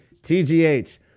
TGH